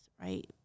right